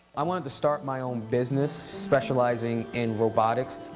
i wanted to start my own business, specializing in robotics.